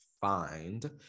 find